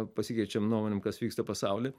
pasikeičiam nuomonėm kas vyksta pasauly